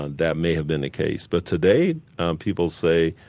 and that may have been the case. but today people say,